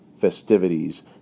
festivities